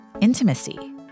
intimacy